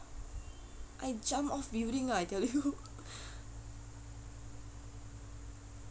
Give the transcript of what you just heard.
I jump off building lah I tell you